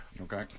okay